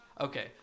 Okay